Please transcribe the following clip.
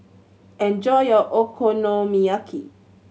enjoy your Okonomiyaki